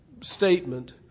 statement